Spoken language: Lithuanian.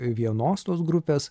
vienos tos grupės